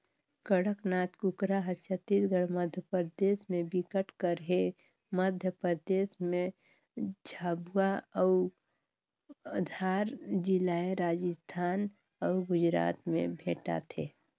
कड़कनाथ कुकरा हर छत्तीसगढ़, मध्यपरदेस में बिकट कर हे, मध्य परदेस में झाबुआ अउ धार जिलाए राजस्थान अउ गुजरात में भेंटाथे